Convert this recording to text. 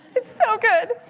it's so good.